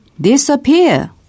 disappear